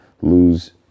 lose